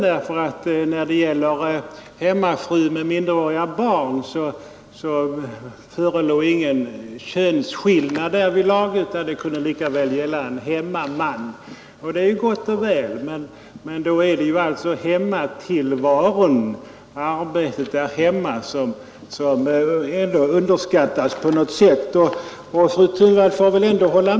Det skulle inte föreligga någon könsskillnad vid behandlingen av en hemmafru med minderåriga barn utan samma förhållande kunde lika väl gälla för en hemmaman. Det är gott och väl, men i så fall är det hemmatillvaron och hemarbetet som underskattas i detta sammanhang, och det är ju lika illa.